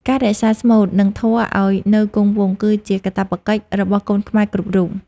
ការរក្សាស្មូត និងធម៌ឱ្យនៅគង់វង្ស គឺជាកាតព្វកិច្ចរបស់កូនខ្មែរគ្រប់រូប។